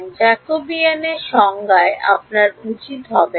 জ্যাকবীয়ানের সংজ্ঞায় আপনার উচিত হবে না